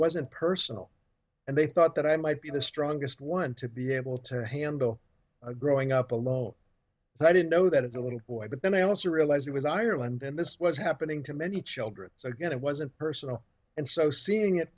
wasn't personal and they thought that i might be the strongest one to be able to handle a growing up a little so i didn't know that as a little boy but then i also realized it was ireland and this was happening to many children so again it wasn't personal and so seeing it